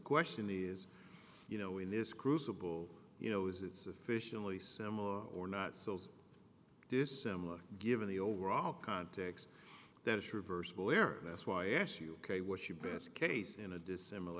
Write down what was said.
question is you know in this crucible you know is it sufficiently similar or not so dissimilar given the overall context that it's reversible error that's why i ask you a what's your best case in a dissimilar